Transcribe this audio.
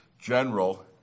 general